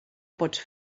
pots